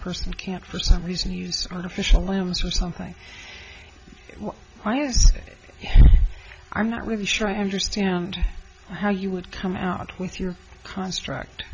person can't for some reason use artificial limbs or something i'm not really sure i understand how you would come out with your construct